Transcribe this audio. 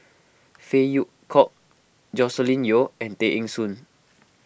Phey Yew Kok Joscelin Yeo and Tay Eng Soon